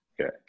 Okay